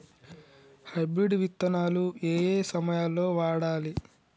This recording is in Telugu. హైబ్రిడ్ విత్తనాలు ఏయే సమయాల్లో వాడాలి?